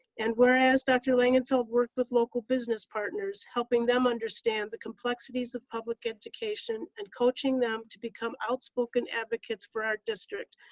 and whereas dr. langenfeld worked with local business partners, helping them understand the complexities of public education and coaching them to become outspoken advocates for our district,